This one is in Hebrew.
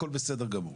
הכול בסדר גמור.